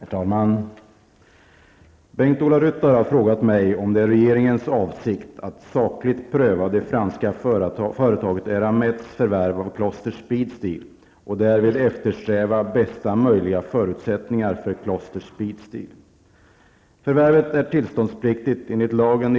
Herr talman! Bengt-Ola Ryttar har frågat mig om det är regeringens avsikt att sakligt pröva det franska företaget Eramets förvärv av Kloster Speedsteel och därvid eftersträva bästa möjliga förutsättningar för Kloster Speedsteel.